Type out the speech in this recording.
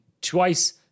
twice